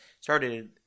started